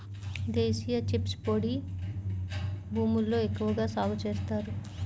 దేశీ chickpeas పొడి భూముల్లో ఎక్కువగా సాగు చేస్తారు